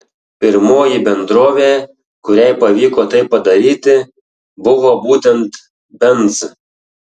pirmoji bendrovė kuriai pavyko tai padaryti buvo būtent benz